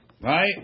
Right